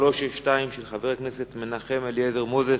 של חבר הכנסת מנחם אליעזר מוזס,